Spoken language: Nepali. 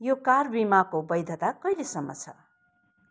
यो कार बिमाको वैधता कहिलेसम्म छ